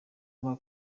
avuga